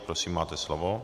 Prosím, máte slovo.